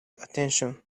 attention